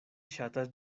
ŝatas